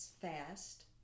fast